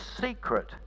secret